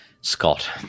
Scott